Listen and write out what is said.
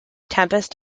tempest